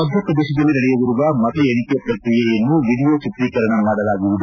ಮಧ್ಯಪ್ರದೇಶದಲ್ಲಿ ನಡೆಯಲಿರುವ ಮತ ಎಣಿಕೆ ಪ್ರಕ್ರಿಯೆಯನ್ನು ವಿಡಿಯೋ ಚಿತ್ರೀಕರಣ ಮಾಡಲಾಗುವುದು